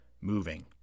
moving